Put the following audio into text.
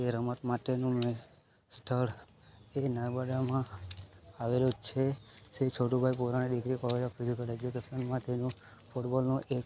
તે રમત માટેનું મેં સ્થળ એ નર્મદામાં આવેલું છે Shri Chhotubhai Purani degree college of physical education ફૂટબોલનું એક